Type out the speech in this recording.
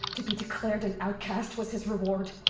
to be declared an outcast was his reward?